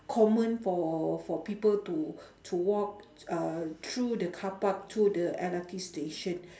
common for for people to to walk uh through the car park to the L_R_T station